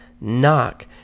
Knock